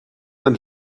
and